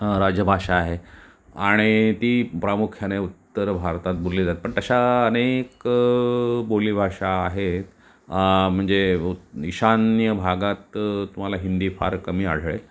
राजभाषा आहे आणि ती प्रामुख्याने उत्तर भारतात बोलली जाते पण तशा अनेक बोली भाषा आहेत म्हणजे ईशान्य भागात तुम्हाला हिंदी फार कमी आढळेल